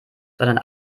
sondern